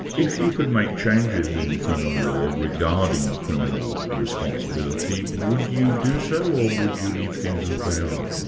if you could make changes in criminal law regarding criminal responsibility, would you do so, or would you leave things as they are?